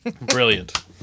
Brilliant